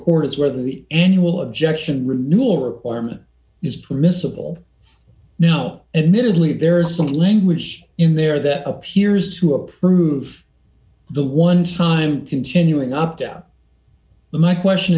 court is whether the annual objection renewal requirement is permissible now admittedly there is some language in there that appears to approve the one time continuing opt out my question